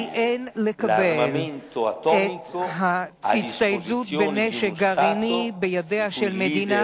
כי אין לקבל את ההצטיידות בנשק גרעיני של מדינה